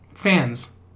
Fans